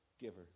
giver